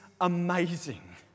amazing